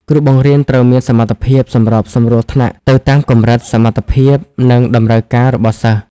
គ្រូបង្រៀនត្រូវមានសមត្ថភាព សម្របសម្រួលថ្នាក់ ទៅតាមកម្រិតសមត្ថភាព និងតម្រូវការរបស់សិស្ស។